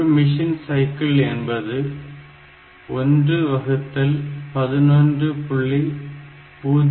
ஒரு machine cycle என்பது 111